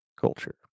culture